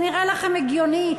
זה נראה לכם הגיוני?